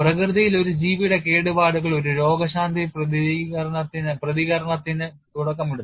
പ്രകൃതിയിൽ ഒരു ജീവിയുടെ കേടുപാടുകൾ ഒരു രോഗശാന്തി പ്രതികരണത്തിന് തുടക്കമിടുന്നു